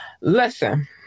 Listen